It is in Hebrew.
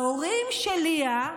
ההורים של ליה,